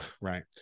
Right